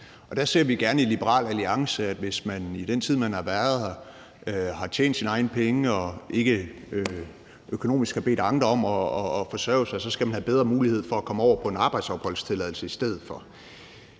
Der ser vi gerne i Liberal Alliance, at hvis man i den tid, man har været her, har tjent sine egne penge og ikke økonomisk har bedt andre om at forsørge sig, så skal man have bedre mulighed for at komme over på en arbejdsopholdstilladelse i stedet for.